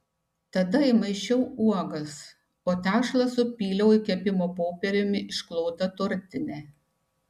tada įmaišiau uogas o tešlą supyliau į kepimo popieriumi išklotą tortinę